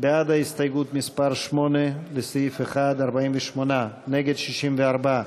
בעד ההסתייגות מס' 8 לסעיף 1, 48, נגד, 64,